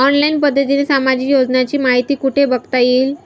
Online पद्धतीने सामाजिक योजनांची माहिती कुठे बघता येईल?